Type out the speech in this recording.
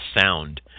sound